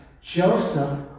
Joseph